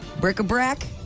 Brick-a-brack